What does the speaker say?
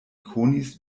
konis